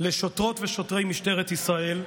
לשוטרות ושוטרי משטרת ישראל,